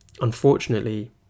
Unfortunately